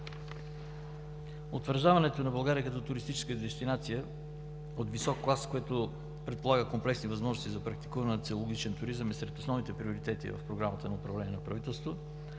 Утвърждаването на България като туристическа дестинация от висок клас, което предполага комплексни възможности за практикуване на целогодишен туризъм, е сред основните приоритети в Програмата на управление на правителството.